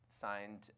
signed